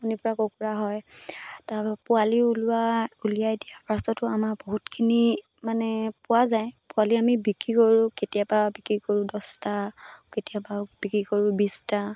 কণী পৰা কুকুৰা হয় তাৰপৰা পোৱালি ওলোৱা উলিয়াই দিয়াৰ পাছতো আমাৰ বহুতখিনি মানে পোৱা যায় পোৱালি আমি বিক্ৰী কৰোঁ কেতিয়াবা বিক্ৰী কৰোঁ দছটা কেতিয়াবা বিক্ৰী কৰোঁ বিছটা